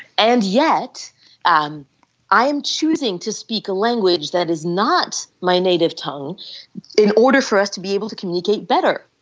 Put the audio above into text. and yet um i am choosing to speak a language that is not my native tongue in order for us to be able to communicate better.